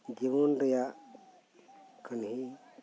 ᱡᱤᱵᱚᱱ ᱨᱮᱭᱟᱜ ᱠᱟᱹᱦᱤᱱᱤ